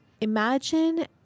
Imagine